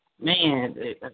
man